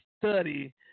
study